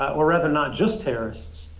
or, rather, not just terrorists.